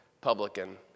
publican